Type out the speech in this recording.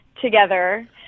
together